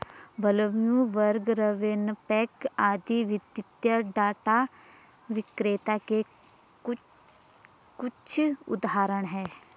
Bloomberg, RavenPack आदि वित्तीय data विक्रेता के कुछ उदाहरण हैं